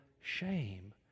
shame